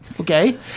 okay